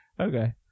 Okay